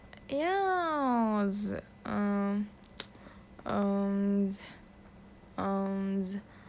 yes um um um